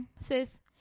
sis